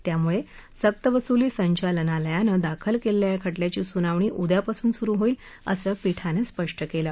त्यामुळ सक्तवसुली संचालनालयानं दाखल क्लिखिा या खटल्याची सुनावणी उद्यापासून सुरु होईल असं पीठानं स्पष्ट कलि